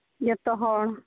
ᱡᱚᱛᱚ ᱦᱚᱲ